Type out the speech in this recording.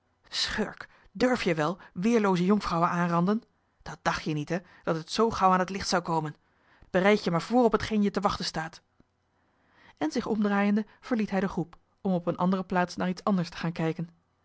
schurk durf jij wel weerlooze jonkvrouwen aanranden dat dacht je niet hè dat het zoo gauw aan het licht zou komen bereid je maar voor op hetgeen je te wachten staat en zich omdraaiende verliet hij de groep om op eene andere plaats naar iets anders te gaan kijken